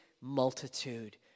multitude